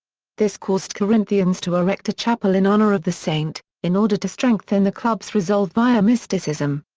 this caused corinthians to erect a chapel in honor of the saint, in order to strengthen the clubs resolve via mysticism.